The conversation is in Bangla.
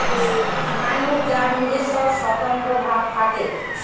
মানুষ যার নিজস্ব স্বতন্ত্র ভাব থাকে